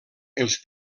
els